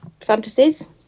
fantasies